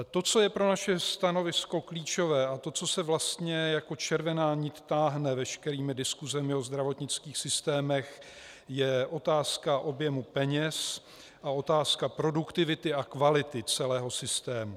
To, co je pro naše stanovisko klíčové, a to, co se vlastně jako červená nit táhne veškerými diskusemi o zdravotnických systémech, je otázka objemu peněz a otázka produktivity a kvality celého systému.